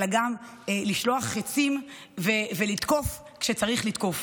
אלא גם לשלוח חיצים ולתקוף כשצריך לתקוף.